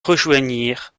rejoignirent